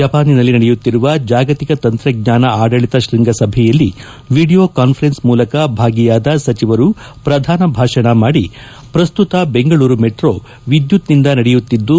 ಜಪಾನಿನಲ್ಲಿ ನಡೆಯುತ್ತಿರುವ ಜಾಗತಿಕ ತಂತ್ರಜ್ವಾನ ಆಡಳಿತ ಶೃಂಗಸಭೆಯಲ್ಲಿ ವೀಡಿಯೋ ಕಾನ್ಫರೆನ್ಸ್ ಮೂಲಕ ಭಾಗಿಯಾದ ಸಚಿವರು ಪ್ರಧಾನ ಭಾಷಣ ಮಾಡಿ ಪ್ರಸುತ್ತ ಬೆಂಗಳೂರು ಮೆಟ್ರೋ ವಿದ್ಚುತ್ ನಿಂದ ನಡೆಯುತ್ತಿದ್ದು